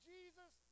Jesus